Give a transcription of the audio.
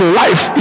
life